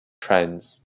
trends